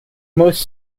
most